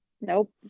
Nope